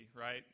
right